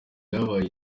yabaye